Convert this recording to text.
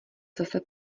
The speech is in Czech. zase